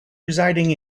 residing